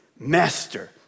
master